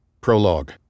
Prologue